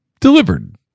delivered